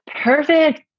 Perfect